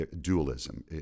dualism